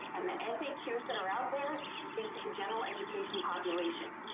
and the and faa cares that are out there, speak to the general education population.